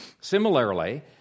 Similarly